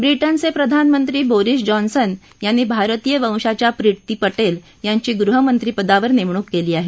ब्रिटनचे प्रधानमंत्री Boris Johnson यांनी भारतीय वंशाच्या प्रीती पटेल यांची गृहमंत्री पदावर नेमणूक केली आहे